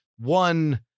One